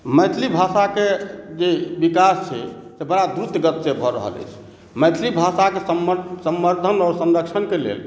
मैथिली भाषाके जे विकास छै से बड़ा द्रुत गतिसँ भऽ रहल अछि मैथिली भाषाके सम संवर्धन आओर संरक्षणके लेल